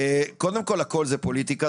קודם כל הכול זה פוליטיקה,